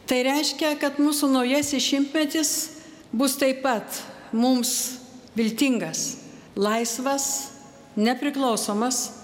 tai reiškia kad mūsų naujasis šimtmetis bus taip pat mums viltingas laisvas nepriklausomas